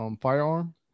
firearm